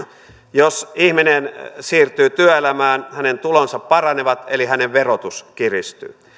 jos ihminen siirtyy työelämään hänen tulonsa paranevat eli hänen verotuksensa kiristyy